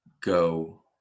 Go